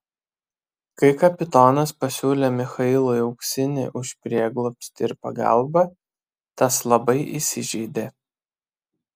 kai kapitonas pasiūlė michailui auksinį už prieglobstį ir pagalbą tas labai įsižeidė